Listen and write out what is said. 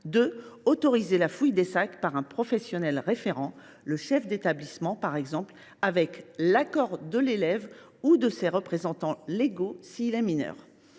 et autoriser la fouille des sacs par un professionnel référent – le chef d’établissement, par exemple –, avec l’accord de l’élève ou de ses représentants légaux s’il est mineur.